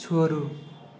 छोड़ू